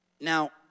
Now